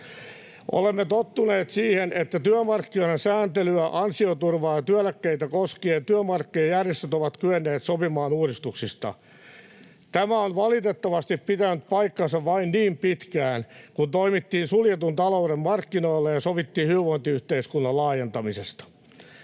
Olemme tottuneet siihen, että työmarkkinoiden sääntelyä, ansioturvaa ja työeläkkeitä koskien työmarkkinajärjestöt ovat kyenneet sopimaan uudistuksista. Tämä on valitettavasti pitänyt paikkansa vain niin pitkään, kun toimittiin suljetun talouden markkinoilla ja sovittiin hyvinvointiyhteiskunnan laajentamisesta.